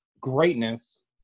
greatness